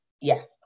Yes